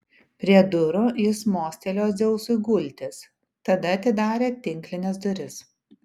prie durų jis mostelėjo dzeusui gultis tada atidarė tinklines duris